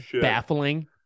baffling